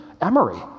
Emory